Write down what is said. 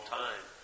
time